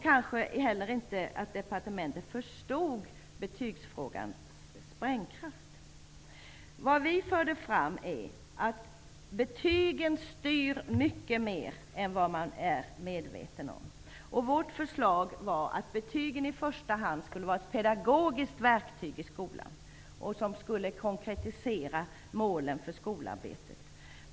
Kanske departementet inte heller förstod betygsfrågans sprängkraft. Det vi i utredningen förde fram var att betygen styr mycket mer än vad man är medveten om. Vårt förslag var att betygen i första hand skulle vara ett pedagogiskt verktyg i skolan som skulle konkretisera målen för skolarbetet.